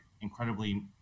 incredibly